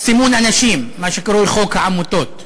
סימון אנשים, מה שקרוי חוק העמותות.